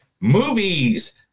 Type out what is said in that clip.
movies